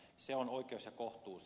se on oikeus ja kohtuus